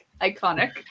iconic